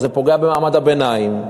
זה פוגע במעמד הביניים,